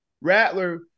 Rattler